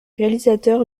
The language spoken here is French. réalisateur